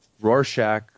Rorschach